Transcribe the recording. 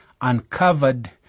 uncovered